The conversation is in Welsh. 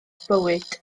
bywyd